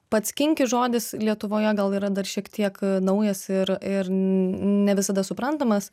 pats kinki žodis lietuvoje gal yra dar šiek tiek naujas ir ir ne visada suprantamas